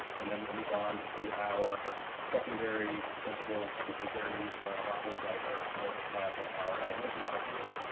and then we'll move on to our secondary principals principals because their needs are a lot more diverse than what we have with our elementary principals.